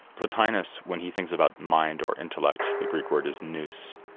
plotinus, when he thinks about mind or intellect, the greek word is nous,